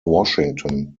washington